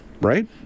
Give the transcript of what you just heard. Right